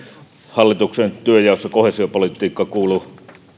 hallituksen työnjaossa koheesiopolitiikka kuuluu